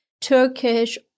Turkish